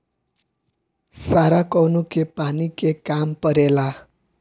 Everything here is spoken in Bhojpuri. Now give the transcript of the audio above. सारा कौनो के पानी के काम परेला